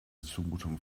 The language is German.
zumutung